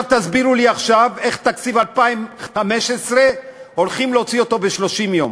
תסבירו לי עכשיו איך את תקציב 2015 הולכים להוציא ב-30 יום.